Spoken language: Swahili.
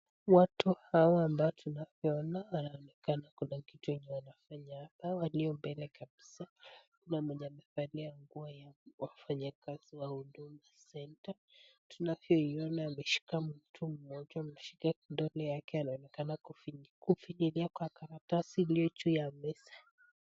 Watu hawa ambao tunavyoona wanaonekana kuna kitu yenye wanafanya hapa waliombele kabisa kuna mwenye amevalia nguo ya wafanyakazi wa huduma senta tunavyoiona ameshika mtu mmoja ameshika kidole yake anaonekana kufinyilia kwa karatasi iliyo juu ya meza.